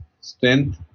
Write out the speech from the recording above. strength